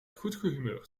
goedgehumeurd